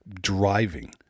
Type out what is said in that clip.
driving